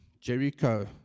Jericho